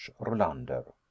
Rolander